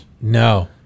No